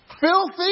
filthy